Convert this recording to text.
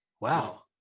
wow